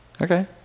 Okay